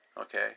Okay